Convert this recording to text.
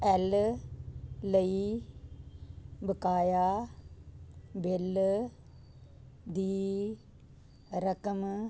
L ਲਈ ਬਕਾਇਆ bill ਦੀ ਰਕਮ